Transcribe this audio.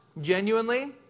genuinely